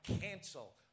cancel